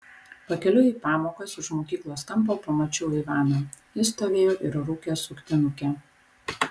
pakeliui į pamokas už mokyklos kampo pamačiau ivaną jis stovėjo ir rūkė suktinukę